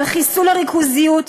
על חיסול הריכוזיות,